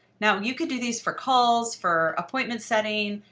now, you could do these for calls, for appointment setting,